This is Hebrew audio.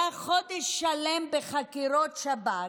היה חודש שלם בחקירות שב"כ,